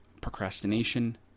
procrastination